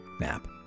nap